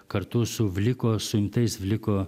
kartu su vliko suimtais vliko